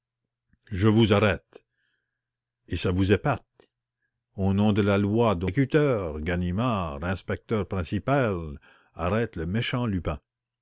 je vous arrête et ça vous épate au nom de la loi dont il est le fidèle exécuteur ganimard inspecteur principal arrête le méchant